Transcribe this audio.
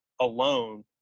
alone